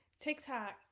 TikTok